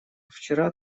вчера